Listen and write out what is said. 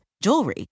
jewelry